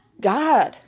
God